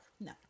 No